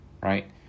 right